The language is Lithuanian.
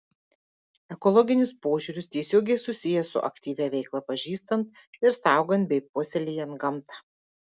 ekologinis požiūris tiesiogiai susijęs su aktyvia veikla pažįstant ir saugant bei puoselėjant gamtą